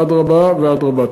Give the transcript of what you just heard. אדרבה ואדרבה.